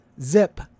Zip